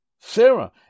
Sarah